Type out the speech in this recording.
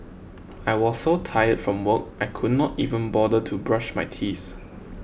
I was so tired from work I could not even bother to brush my teeth